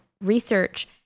research